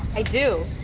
i do.